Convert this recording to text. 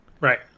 Right